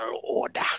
order